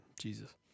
Jesus